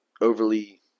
overly